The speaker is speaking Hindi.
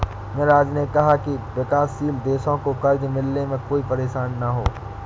मिराज ने कहा कि विकासशील देशों को कर्ज मिलने में कोई परेशानी न हो